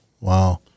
wow